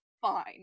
fine